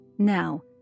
Now